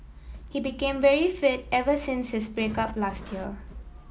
he became very fit ever since his break up last year